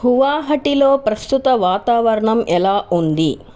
గువాహటిలో ప్రస్తుత వాతావరణం ఎలా ఉంది